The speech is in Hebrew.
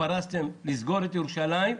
שפרסתם לסגור את ירושלים,